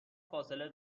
فاصله